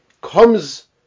Comes